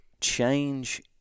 change